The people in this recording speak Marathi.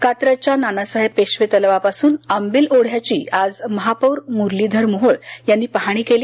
कात्रजच्या नानासाहेब पेशवे तलावापासून अंबिल ओढ्याची आज महापौर मुरलीधर मोहोळ यांनी पाहणी केली